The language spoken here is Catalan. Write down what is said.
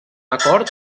acord